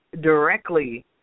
directly